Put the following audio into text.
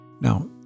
Now